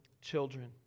children